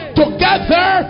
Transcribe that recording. together